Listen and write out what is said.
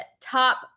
top